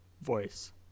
voice